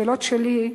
שאלות שלי,